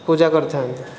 ପୂଜା କରିଥାନ୍ତି